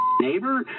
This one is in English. neighbor